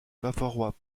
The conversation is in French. bavarois